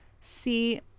see